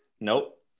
Nope